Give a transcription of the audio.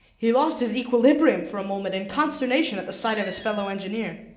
he lost his equilibrium for a moment in consternation at the sight of his fellow-engineer.